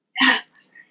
Yes